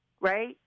right